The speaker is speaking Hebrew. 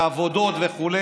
בעבודות וכו',